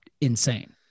insane